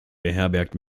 beherbergt